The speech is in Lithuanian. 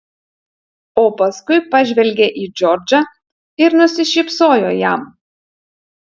o paskui pažvelgė į džordžą ir nusišypsojo jam